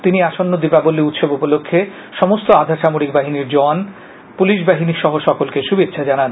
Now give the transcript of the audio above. তিনি আসন্ন দীপাবলি উৎসব উপলক্ষে সমস্ত আধা সামরিক বাহিনীর জওয়ান পুলিশ বাহিনী সহ সকলকে শুভেচ্ছা জানান